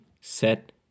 Set